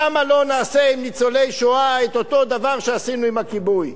למה לא נעשה עם ניצולי השואה את אותו דבר שעשינו עם הכיבוי?